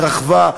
התרחבה,